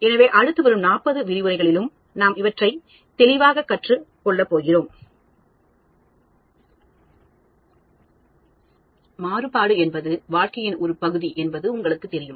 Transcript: எனவே அடுத்து வரும் 40 விரிவுரைகளில் நாம் இவற்றை தெளிவாக கற்றுக் கொள்ள போகிறோம் மாறுபாடு என்பது வாழ்க்கையின் ஒரு பகுதி என்பது உங்களுக்குத் தெரியும்